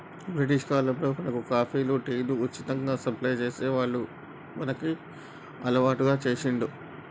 British కాలంలో మనకు కాఫీలు, టీలు ఉచితంగా సప్లై చేసి వాళ్లు మనకు అలవాటు చేశిండ్లు